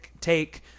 take